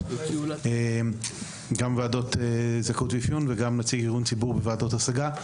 וועדות האפיון משכנעות את ההורים להשאיר